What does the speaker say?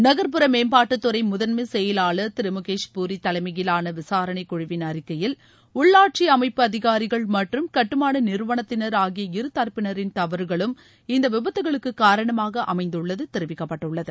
நகர்ப்புற மேம்பாட்டு துறை முதன்மை செயலாளர் திரு முகேஷ் பூரி தலைமையிலான விசாரணைக் குழுவின் அறிக்கையில் உள்ளாட்சி அமைப்பு அதிகாரிகள் மற்றும் கட்டுமான நிறுவனத்தினர் ஆகிய இருதரப்பினரின் தவறுகளும் இந்த விபத்துகளுக்கு காரணமாக அமைந்துள்ளது தெரிவிக்கப்பட்டுள்ளது